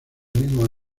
mismo